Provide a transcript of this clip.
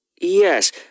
Yes